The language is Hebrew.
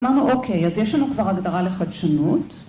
‫אמרנו, אוקיי, אז יש לנו כבר ‫הגדרה לחדשנות.